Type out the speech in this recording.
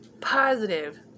positive